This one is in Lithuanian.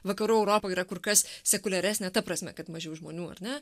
vakarų europa yra kur kas sekuliaresnė ta prasme kad mažiau žmonių ar ne